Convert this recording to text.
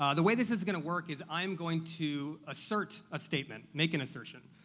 um the way this is gonna work is i'm going to assert a statement, make an assertion,